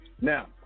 Now